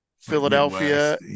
Philadelphia